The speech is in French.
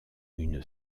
une